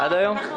עד היום.